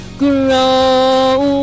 grow